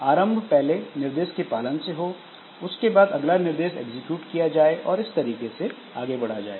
आरंभ पहले निर्देश के पालन से हो उसके बाद अगला निर्देश एग्जीक्यूट किया जाए और इस तरीके से आगे बढ़ा जाए